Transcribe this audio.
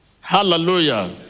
Hallelujah